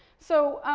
so,